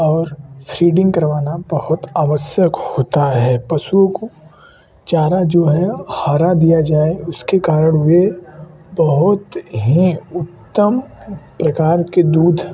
और फीडिंग करवाना बहुत आवश्यक होता है पशुओं को चारा जो है हरा दिया जाए उसके कारण वे बहुत ही उत्तम प्रकार के दूध